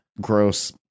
gross